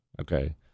okay